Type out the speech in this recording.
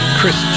Chris